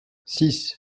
six